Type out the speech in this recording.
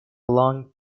long